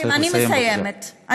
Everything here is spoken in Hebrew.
אני מסיימת.